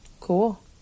Cool